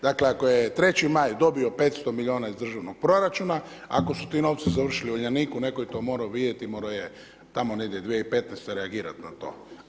Dakle ako je 3. Maj dobio 500 milijuna iz državnog proračuna, ako su ti novci završili u Uljaniku, netko je to morao vidjeti i morao je tamo negdje 2015. reagirati na to.